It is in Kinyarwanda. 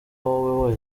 wowe